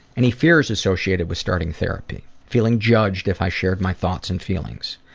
any fears associated with starting therapy? feeling judged if i shared my thoughts and feelings.